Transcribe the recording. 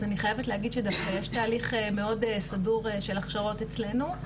אז אני חייבת להגיד שיש תהליך מאוד סדור של הכשרות אצלנו,